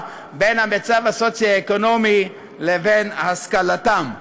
בין המצב הסוציו-אקונומי לבין השכלתם.